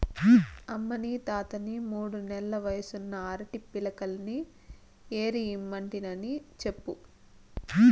అమ్మనీ తాతని మూడు నెల్ల వయసున్న అరటి పిలకల్ని ఏరి ఇమ్మంటినని చెప్పు